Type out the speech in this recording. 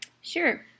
Sure